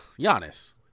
Giannis